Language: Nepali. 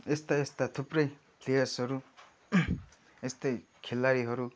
यस्ता यस्ता थुप्रै प्लेयर्सहरू यस्तै खेलाडीहरू